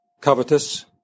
covetous